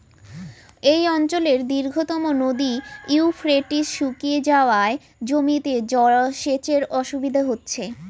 এই অঞ্চলের দীর্ঘতম নদী ইউফ্রেটিস শুকিয়ে যাওয়ায় জমিতে সেচের অসুবিধে হচ্ছে